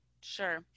Sure